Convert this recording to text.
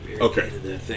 Okay